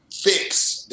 fix